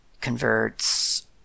Converts